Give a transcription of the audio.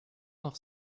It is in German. noch